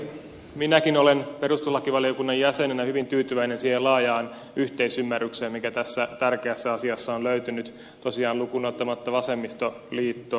minäkin olen perustuslakivaliokunnan jäsenenä hyvin tyytyväinen siihen laajaan yhteisymmärrykseen mikä tässä tärkeässä asiassa on löytynyt tosiaan lukuun ottamatta vasemmistoliittoa ja perussuomalaisia